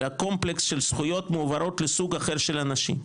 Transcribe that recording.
הקומפלקס של זכויות מועברות לסוג אחר של אנשים.